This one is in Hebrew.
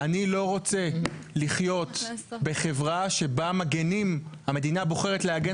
אני לא רוצה לחיות בחברה שבה המדינה בוחרת להגן